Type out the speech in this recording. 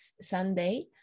Sunday